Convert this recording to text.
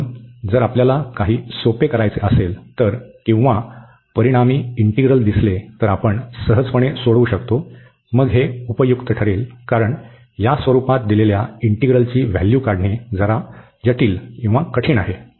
म्हणून जर आपल्याला काही सोपे करायचे असेल तर किंवा परिणामी इंटीग्रल दिसले तर आपण सहजपणे सोडवू शकतो मग हे उपयुक्त ठरेल कारण या स्वरूपात दिलेल्या इंटीग्रलची व्हॅल्यू काढणे जरा जटिल आहे